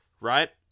Right